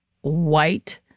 white